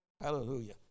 Hallelujah